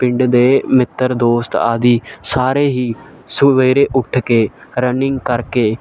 ਪਿੰਡ ਦੇ ਮਿੱਤਰ ਦੋਸਤ ਆਦਿ ਸਾਰੇ ਹੀ ਸਵੇਰੇ ਉੱਠ ਕੇ ਰਨਿੰਗ ਕਰਕੇ